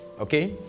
Okay